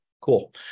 Cool